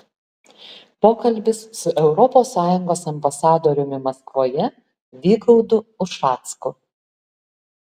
pokalbis su europos sąjungos ambasadoriumi maskvoje vygaudu ušacku